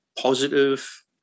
positive